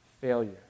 failure